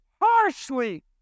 harshly